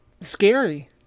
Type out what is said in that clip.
scary